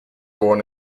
born